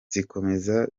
zikomeza